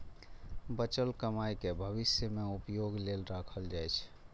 बचल कमाइ कें भविष्य मे उपयोग लेल राखल जाइ छै